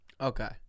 Okay